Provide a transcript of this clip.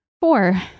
four